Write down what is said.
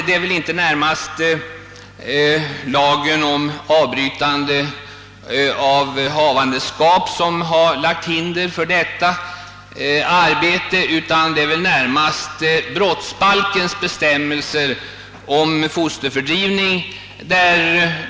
Det är inte närmast lagen om avbrytande av havandeskap, som har lagt hinder för detta arbetes utförande, utan snarare brottsbalkens bestämmelser om fosterfördrivning.